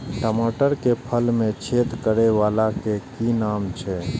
टमाटर के फल में छेद करै वाला के कि नाम छै?